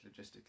logistically